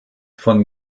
von